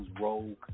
rogue